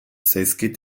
zaizkit